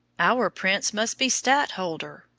our prince must be stadtholder,